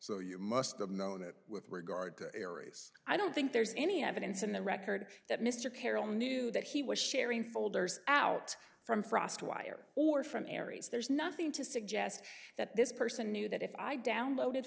so you must have known that with regard to aries i don't think there's any evidence in the record that mr carroll knew that he was sharing folders out from frost wire or from aries there's nothing to suggest that this person knew that if i downloaded